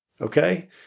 Okay